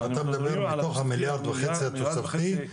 אתם מדברים מתוך המיליארד וחצי התוספתי,